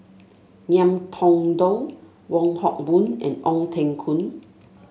Ngiam Tong Dow Wong Hock Boon and Ong Teng Koon